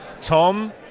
Tom